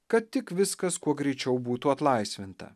kad tik viskas kuo greičiau būtų atlaisvinta